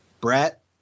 Brett